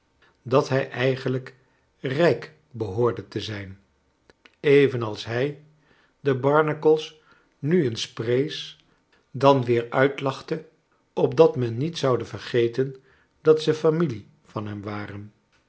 dat hij eigenlijk rijk behoorde te zijn evenals hij de barnacles nu eens prees dan weer uitlachte opdat men niet z oude vergeten dat ze familie van hem waren